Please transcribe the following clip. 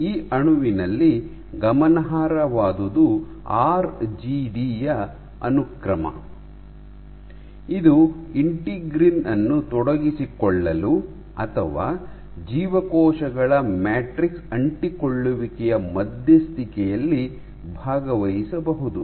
ಈ ಅಣುವಿನಲ್ಲಿ ಗಮನಾರ್ಹವಾದುದು ಆರ್ಜಿಡಿ ಯ ಅನುಕ್ರಮ ಇದು ಇಂಟಿಗ್ರಿನ್ ಅನ್ನು ತೊಡಗಿಸಿಕೊಳ್ಳಲು ಅಥವಾ ಜೀವಕೋಶಗಳ ಮ್ಯಾಟ್ರಿಕ್ಸ್ ಅಂಟಿಕೊಳ್ಳುವಿಕೆಯ ಮಧ್ಯಸ್ಥಿಕೆಯಲ್ಲಿ ಭಾಗವಹಿಸಬಹುದು